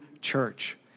church